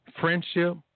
friendship